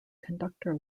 conductor